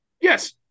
Yes